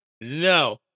No